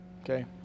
okay